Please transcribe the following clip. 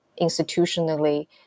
institutionally